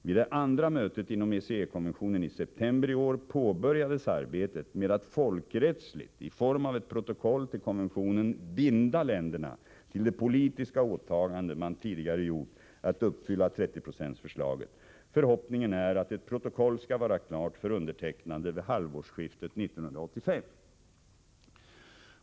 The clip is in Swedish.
Vid det andra mötet inom ECE-konventionen i september i år påbörjades arbetet med att folkrättsligt i form av ett protokoll till konventionen, binda länderna till det politiska åtagande man tidigare gjort, att uppfylla 30-procentsförslaget. Förhoppningen är att ett protokoll skall vara klart för undertecknande vid halvårsskiftet 1985.